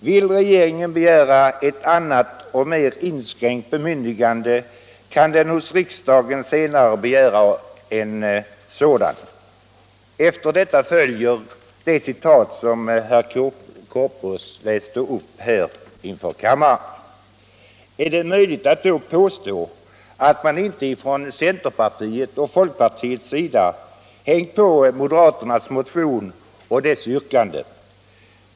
Vill regeringen begära ett annat och mer inskränkt bemyndigande kan den hos riksdagen senare begära ett sådant.” ” Är det då möjligt att påstå att centerpartiet och folkpartiet inte hängt på moderaternas motion och dess yrkande?